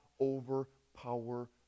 overpower